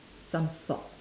some salt